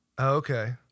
Okay